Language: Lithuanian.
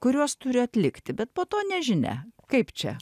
kuriuos turi atlikti bet po to nežinia kaip čia